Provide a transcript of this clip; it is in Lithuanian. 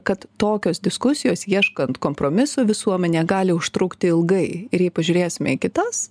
kad tokios diskusijos ieškant kompromisų visuomenėje gali užtrukti ilgai ir jei pažiūrėsime į kitas